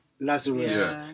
Lazarus